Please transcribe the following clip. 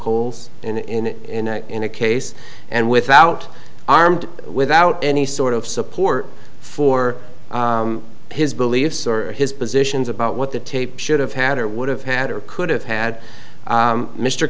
holes in it in a case and without armed without any sort of support for his beliefs or his positions about what the tape should have had or would have had or could have had